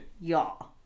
Y'all